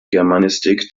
germanistik